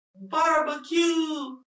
barbecue